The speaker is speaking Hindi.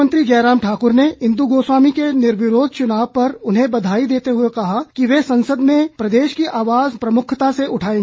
मुख्यमंत्री जयराम ठाकुर ने इंद गोस्वामी के निर्विरोध चुनाव पर उन्हें बधाई देते हए कहा कि वे संसद में प्रदेश की आवाज प्रमुखता से उठाएगी